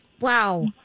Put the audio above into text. Wow